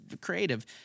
Creative